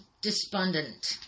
despondent